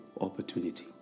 opportunity